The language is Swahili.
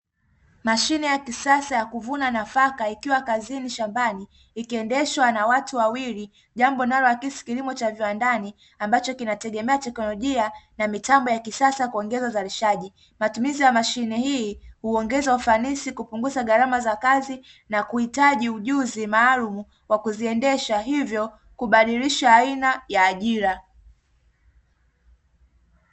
Mashine ya kisasa ya kuvuna nafaka ikiwa kazini shambani, ikiendeshwa na watu wawili jambo linalo akisi kilimo cha viwandani ambacho kinategemea teknolojia na mitambo ya kisasa kuongeza uzalishaji. Matumizi ya mashine hii huongeza ufanisi, kupunguza gharama za kazi na kuhitaji ujuzi maalumu wa kuziendesha hivyo kubadilisha aina ya ajira.